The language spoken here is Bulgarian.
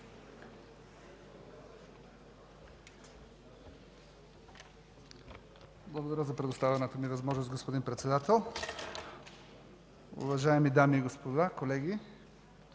за предоставената ми възможност, господин Председател. Уважаеми дами и господа, колеги!